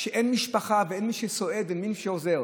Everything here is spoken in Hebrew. כשאין משפחה ואין מי שסועד ואין מי שעוזר,